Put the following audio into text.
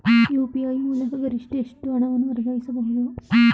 UPI ಮೂಲಕ ಗರಿಷ್ಠ ಎಷ್ಟು ಹಣವನ್ನು ವರ್ಗಾಯಿಸಬಹುದು?